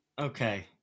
Okay